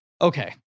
okay